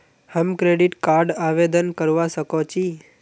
हम credit card आवेदन करवा संकोची?